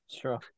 Sure